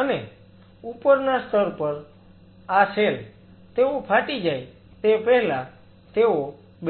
અને ઉપરના સ્તર પર આ સેલ તેઓ ફાટી જાય તે પહેલા તેઓ